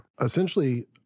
essentially